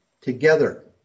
together